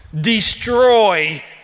Destroy